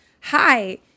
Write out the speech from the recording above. hi